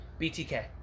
BTK